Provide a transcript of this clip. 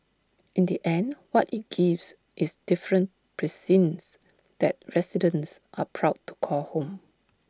in the end what IT gives is different precincts that residents are proud to call home